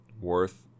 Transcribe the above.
worth